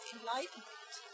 Enlightenment